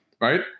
Right